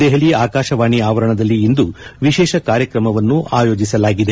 ದೆಹಲಿ ಆಕಾಶವಾಣಿ ಆವರಣದಲ್ಲಿ ಇಂದು ವಿಶೇಷ ಕಾರ್ಯಕ್ರಮವನ್ನು ಆಯೋಜಿಸಲಾಗಿದೆ